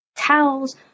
towels